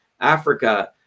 Africa